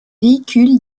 véhicules